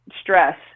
stress